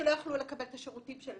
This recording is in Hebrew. לא יכלו לקבל את השירותים של